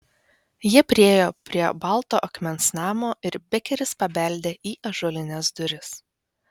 jie priėjo prie balto akmens namo ir bekeris pabeldė į ąžuolines duris